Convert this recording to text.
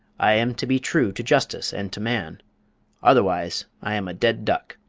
i am to be true to justice and to man otherwise i am a dead duck.